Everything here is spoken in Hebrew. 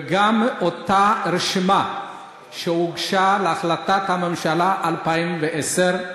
וגם אותה רשימה שהוגשה להחלטת הממשלה ב-2010.